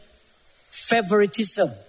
favoritism